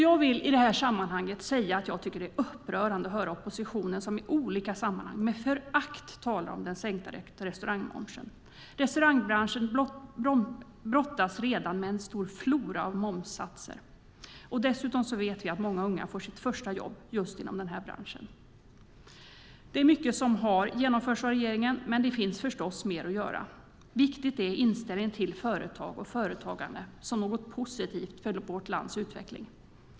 Jag vill i det här sammanhanget säga att jag tycker att det är upprörande att höra oppositionen i olika sammanhang med förakt tala om den sänkta restaurangmomsen. Restaurangbranschen brottas redan med en flora av momssatser. Dessutom vet vi att många unga får sitt första jobb just inom den här branschen. Mycket har genomförts av regeringen, men det finns förstås mer att göra. Inställningen till företag och företagande som något positivt för vårt lands utveckling är viktig.